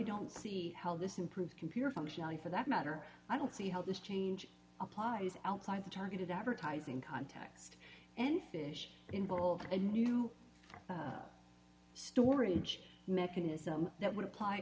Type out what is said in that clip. don't see how this improves computer functionality for that matter i don't see how this change applies outside the targeted advertising context and fish involved in new storage mechanism that would apply